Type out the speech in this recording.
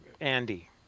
Andy